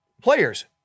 players